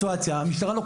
סיטואציה: המשטרה מגיעה,